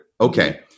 Okay